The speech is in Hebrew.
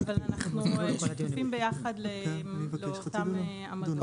אנחנו שותפים ביחד לאותן עמדות.